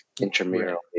intramural